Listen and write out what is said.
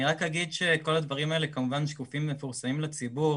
אני רק אגיד שכל הדברים האלה כמובן שקופים ומפורסמים לציבור,